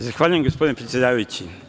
Zahvaljujem, gospodine predsedavajući.